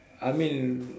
I mean